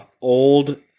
old